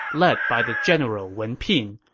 led by the general wen pin,